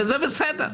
וזה בסדר.